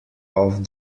off